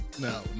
no